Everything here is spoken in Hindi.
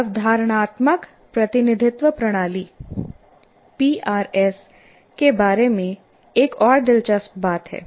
अवधारणात्मक प्रतिनिधित्व प्रणाली PRS पीआरएस के बारे में एक और दिलचस्प बात है